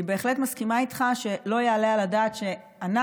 אני בהחלט מסכימה איתך שלא יעלה על הדעת שאנחנו